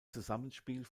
zusammenspiel